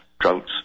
droughts